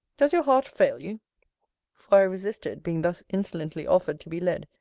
does your heart fail you for i resisted, being thus insolently offered to be led,